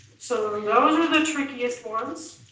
so those are the trickiest ones.